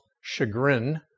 chagrin